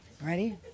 Ready